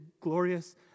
glorious